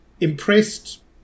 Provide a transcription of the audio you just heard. impressed